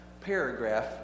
paragraph